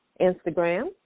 Instagram